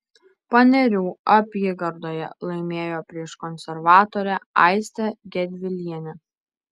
panerių apygardoje laimėjo prieš konservatorę aistę gedvilienę